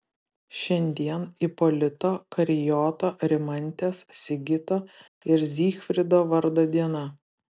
šiandien ipolito karijoto rimantės sigito ir zygfrido vardo diena